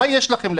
מה יש לכם להסתיר?